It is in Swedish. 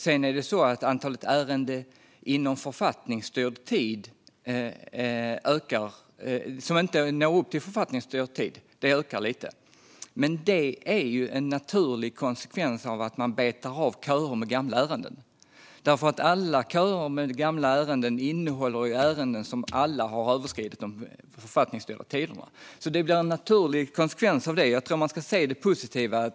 Sedan ökar antalet ärenden som man inte hinner med inom författningsstyrd tid lite. Men det är en naturlig konsekvens av att man betar av köer med gamla ärenden. Alla köer med gamla ärenden innehåller ju ärenden som alla har överskridit de författningsstyrda tiderna. Det blir alltså en naturlig konsekvens av detta. Jag tror att man ska se det positiva.